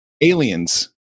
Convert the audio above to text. aliens